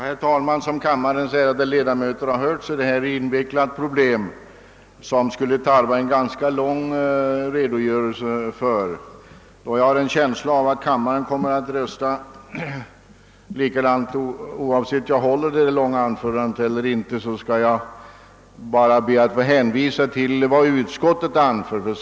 Herr talman! Som kammarens ärade ledamöter har hört är detta ett invecklat problem som skulle tarva en ganska lång redogörelse. Jag har en känsla av att kammaren kommer att rösta likadant oavsett om jag håller mitt långa anförande eller inte. Jag ber därför att få hänvisa till vad utskottet anfört.